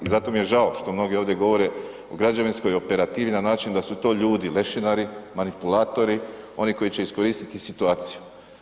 I zato mi je žao što mnogi ovdje govore o građevinskoj operativi na način da su to ljudi lešinari, manipulatori, oni koji će iskoristiti situaciju.